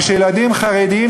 אבל ילדים חרדים,